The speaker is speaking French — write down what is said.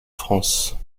france